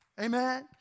amen